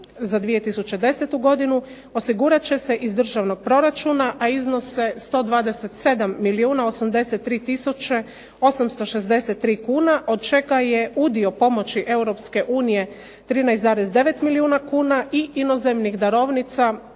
za 2010. godinu osigurat će se iz državnog proračuna, a iznose 127 milijuna 83 tisuće 863 kune, od čega je udio pomoći EU 13,9 milijuna kuna i inozemnih darovnica